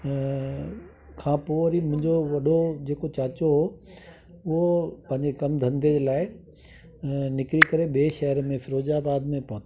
अ खां पोइ वरी मुंहिंजो वॾो जेको चाचो हो उहो पंहिंजे कमु धंधे जे लाइ अ निकिरी करे ॿिए शहर में फिरोजाबाद में पहुता